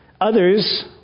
Others